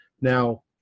Now